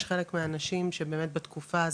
יש חלק מהנשים שבתקופה הזאת,